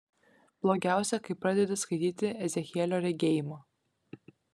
blogiausia kai pradedi skaityti ezechielio regėjimą